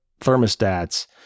thermostats